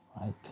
right